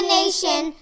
nation